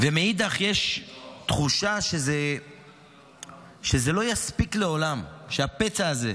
ומאידך, יש תחושה שזה לא יספיק לעולם, שהפצע הזה,